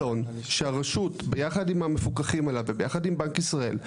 שהרשות ביחד עם המפוקחים עליה וביחד עם בנק ישראל,